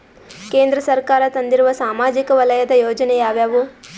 ಕೇಂದ್ರ ಸರ್ಕಾರ ತಂದಿರುವ ಸಾಮಾಜಿಕ ವಲಯದ ಯೋಜನೆ ಯಾವ್ಯಾವು?